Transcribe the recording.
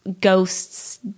ghosts